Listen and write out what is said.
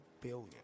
billion